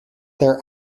their